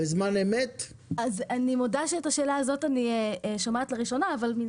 אני מודה שאת השאלה הזאת אני שומעת לראשונה אבל מן